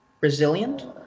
resilient